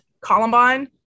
Columbine